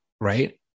right